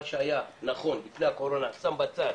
את מה שהיה נכון לפני הקורונה אני שם בצד,